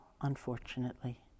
unfortunately